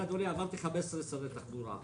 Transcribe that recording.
אדוני, עברתי 15 שרי תחבורה.